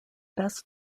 best